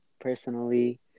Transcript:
personally